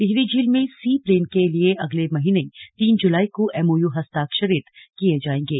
टिहरी झील में sea plane के लिए अगले महीने तीन जुलाई को एमओयू हस्ताक्षरित किये जाएंगे